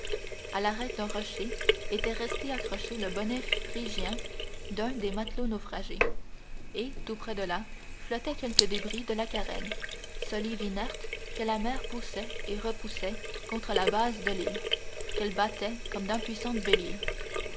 à l'arête d'un rocher était resté accroché le bonnet phrygien d'un des matelots naufragés et tout près de là flottaient quelques débris de la carène solives inertes que la mer poussait et repoussait contre la base de l'île qu'elles battaient comme d'impuissants béliers